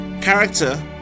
Character